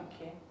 Okay